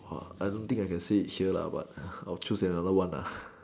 !wah! I don't think I can say it here lah but I will choose another one nah